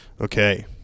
Okay